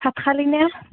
ভাত খালি না